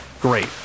Great